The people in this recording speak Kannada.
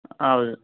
ಹೌದು